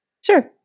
Sure